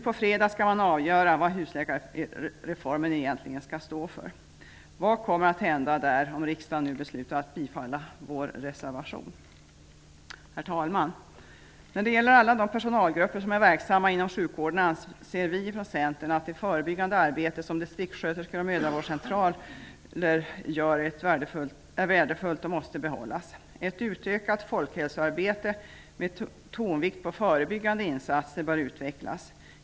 På fredag skall man avgöra vad husläkarreformen egentligen skall stå för. Vad kommer att hända där om riksdagen nu beslutar att bifalla vår reservation? Herr talman! När det gäller alla de personalgrupper som är verksamma inom sjukvården anser vi från Centern att det förebyggande arbete som distriktssköterskor och mödravårdspersonal gör är värdefullt och måste behållas. Ett utökat folkhälsoarbete med tonvikt på förebyggande insatser bör utvecklas.